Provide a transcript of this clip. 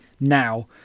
now